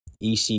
EC